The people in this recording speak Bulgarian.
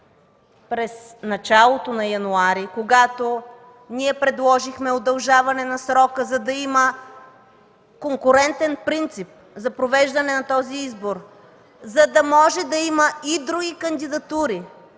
през началото на януари, когато ние предложихме удължаване на срока, за да има конкурентен принцип за провеждане на този избор, за да може да има и други кандидатури,